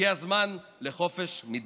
הגיע הזמן לחופש מדת.